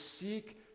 seek